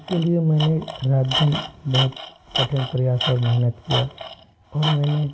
उसके लिए मैंने रात दिन बहुत कठिन प्रयास और मेहनत किया और मैंने